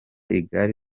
igare